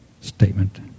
statement